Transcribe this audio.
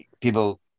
people